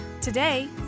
Today